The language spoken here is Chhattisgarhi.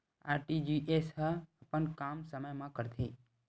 आर.टी.जी.एस ह अपन काम समय मा करथे?